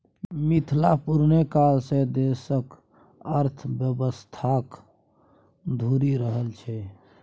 मिथिला पुरने काल सँ देशक अर्थव्यवस्थाक धूरी रहल छै